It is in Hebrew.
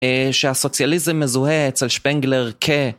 אה... שהסוציאליזם מזוהה אצל שפנגלר כ...